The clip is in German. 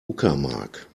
uckermark